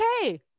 Okay